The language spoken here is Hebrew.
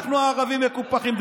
אנחנו הערבים מקופחים.